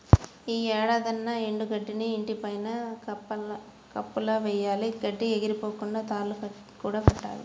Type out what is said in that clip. యీ ఏడాదన్నా ఎండు గడ్డిని ఇంటి పైన కప్పులా వెయ్యాల, గడ్డి ఎగిరిపోకుండా తాళ్ళు కూడా కట్టించాలి